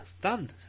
done